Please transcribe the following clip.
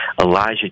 Elijah